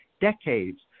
decades